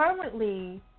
currently